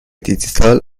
دیجیتال